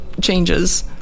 changes